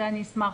לזה אני אשמח.